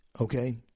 Okay